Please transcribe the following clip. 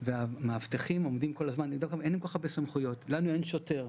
זה שצריך